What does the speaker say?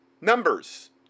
Numbers